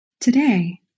Today